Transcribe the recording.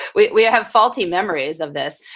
we we have faulty memories of this.